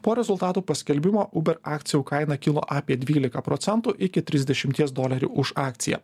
po rezultatų paskelbimo uber akcijų kaina kilo apie dvylika procentų iki trisdešimties dolerių už akciją